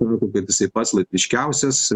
sako kad jisai pats latviškiausias